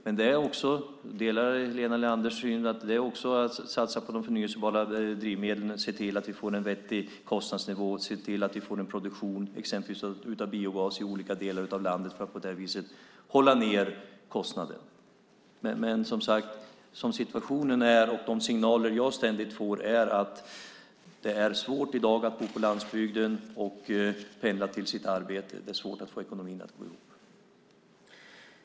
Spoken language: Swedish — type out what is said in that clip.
Men jag delar Helena Leanders syn att det också handlar om att satsa på de förnybara drivmedlen, att se till att vi får en vettig kostnadsnivå och att vi får en produktion exempelvis av biogas i olika delar landet för att på det viset hålla ned kostnaden. Som sagt, situationen är - jag får ständigt signaler om det - att det är svårt i dag att bo på landsbygden och pendla till sitt arbete. Det är svårt att få ekonomin att gå ihop.